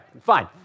fine